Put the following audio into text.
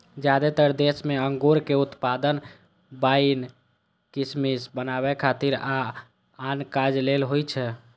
जादेतर देश मे अंगूरक उत्पादन वाइन, किशमिश बनबै खातिर आ आन काज लेल होइ छै